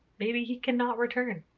maybe he cannot return.